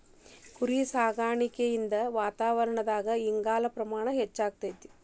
ಕುರಿಸಾಕಾಣಿಕೆಯಿಂದ ವಾತಾವರಣದಾಗ ಇಂಗಾಲದ ಪ್ರಮಾಣ ಹೆಚ್ಚಆಗ್ತೇತಿ